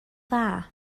dda